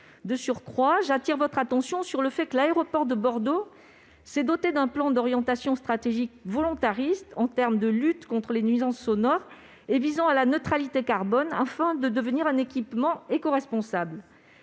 européenne. J'appelle votre attention sur le fait que l'aéroport de Bordeaux s'est doté d'un plan d'orientation stratégique volontariste en termes de lutte contre les nuisances sonores et visant à la neutralité carbone afin de devenir un équipement écoresponsable.